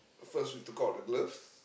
first we took out the gloves